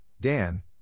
Dan